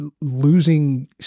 losing